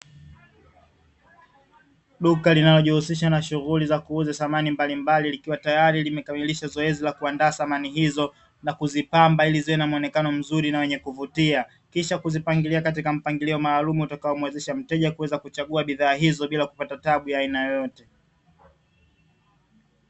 Duka linajihusisha na shughuli za kuuza samani mbalimbali, Iikiwa tayari, limekamilisha zoezi la kuandaa samani hizo, na kuzipamba ili ziwe na mwenekano mzuri na wenye kuvutia, kisha kuzipangilia katika mpangilio maalumu utakaomuwezesha mteja kuweza kuchagua bidhaa hizo bila kupata tabu ya aina yoyote.